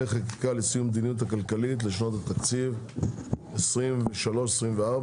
חקיקה ליישום המדיניות הכלכלית לשנות התקציב 2023 ו-2024),